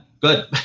good